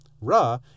Ra